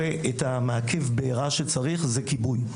ואת המרכיב בעירה שצריך זה כיבוי.